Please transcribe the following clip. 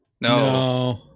No